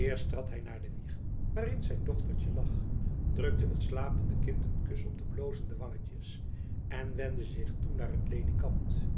eerst trad hy naar de wieg waarin zijn dochtertjen lag drukte het slapende kind een kus op het blozende wangetjen en wendde zich toen naar het ledikant